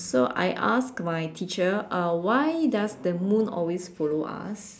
so I asked my teacher uh why does the moon always follow us